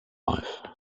life